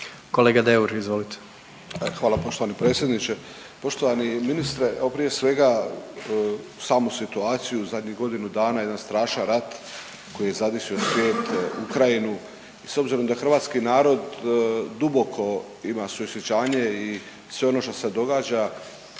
**Deur, Ante (HDZ)** Hvala poštovani predsjedniče. Poštovani ministre evo prije svega samu situaciju u zadnjih godinu dana jedan strašan rat koji je zadesio svijet, Ukrajinu i s obzirom da hrvatski narod duboko ima suosjećanje i sve ono što se događa